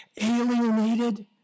alienated